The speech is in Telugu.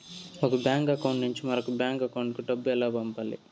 ఒక బ్యాంకు అకౌంట్ నుంచి మరొక బ్యాంకు అకౌంట్ కు డబ్బు ఎలా పంపాలి